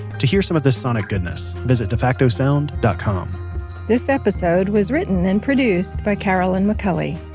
to hear some of this sonic goodness, visit defactosound dot com this episode was written and produced by carolyn mcculley.